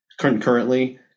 concurrently